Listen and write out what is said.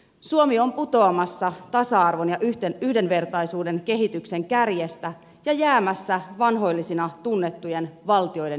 suomi on putoamassa tasa arvon ja yhdenvertaisuuden kehityksen kärjestä ja jäämässä vanhoillisina tunnettujen valtioiden joukkoon